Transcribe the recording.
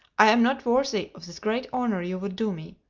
i am not worthy of this great honor you would do me.